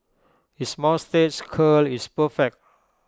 his moustache curl is perfect